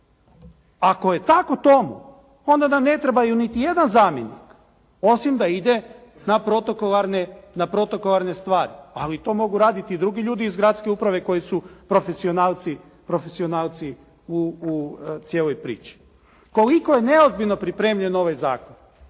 Ako je tako tomu, onda nam ne trebaju niti jedan zamjenik osim da ide na protokolarne stvari. Ali to mogu raditi i drugi ljudi iz gradske uprave koji su profesionalci u cijeloj priči. Koliko je neozbiljno pripremljen ovaj zakon